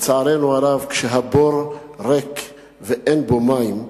לצערנו הרב, כשהבור ריק ואין בו מים,